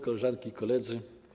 Koleżanki i Koledzy!